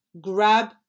grab